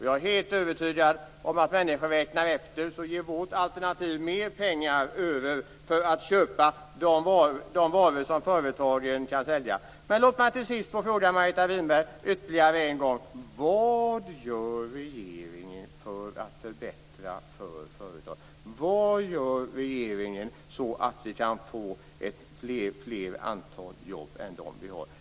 Jag är helt övertygad om att om människor räknar efter så finner de att vårt alternativ ger mer pengar över för att köpa de varor som företagen kan sälja. Låt mig till sist få fråga Margareta Winberg ytterligare en gång: Vad gör regeringen för att förbättra för företagen? Vad gör regeringen för att vi skall kunna få ett större antal jobb än vad vi har?